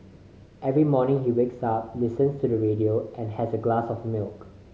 every morning he wakes up listens to the radio and has a glass of milk